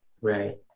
Right